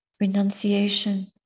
renunciation